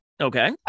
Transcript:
Okay